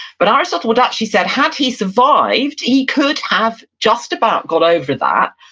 but aristotle and actually said had he survived, he could have just about got over that,